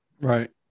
Right